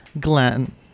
Glenn